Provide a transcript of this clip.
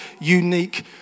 unique